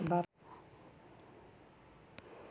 बिना जमानत के लोन मिली सकली का हो?